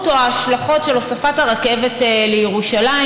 או ההשלכות של הוספת הרכבת לירושלים.